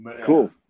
Cool